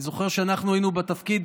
אני זוכר שכשאנחנו היינו בתפקיד,